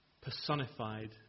personified